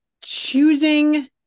choosing